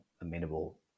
amenable